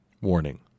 Warning